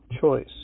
choice